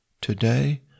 Today